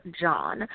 John